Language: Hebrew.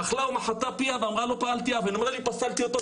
"אכלה ומחתה פיה ואמרה לא פעלתי און." הוא אמר אני פסלתי אותו,